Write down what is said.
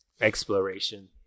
exploration